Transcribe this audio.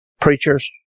preachers